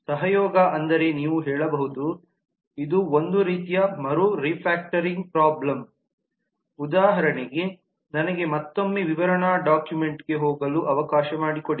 ಸಹಯೋಗ ಅಂದರೆ ನೀವು ಹೇಳಬಹುದು ಇದು ಒಂದು ರೀತಿಯ ಮರು ರಿಫ್ಯಾಕ್ಟರಿಂಗ್ ಪ್ರಾಬ್ಲಮ್ ಉದಾಹರಣೆಗೆ ನನಗೆ ಮತ್ತೊಮ್ಮೆ ವಿವರಣಾ ಡಾಕ್ಯುಮೆಂಟ್ಗೆ ಹೋಗಲು ಅವಕಾಶ ಮಾಡಿಕೊಡಿ